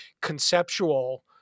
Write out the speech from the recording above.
conceptual